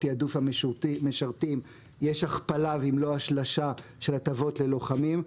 תיעדוף המשרתים יש הכפלה ואם לא השלשה של הטבות ללוחמים.